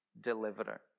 deliverer